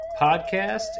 podcast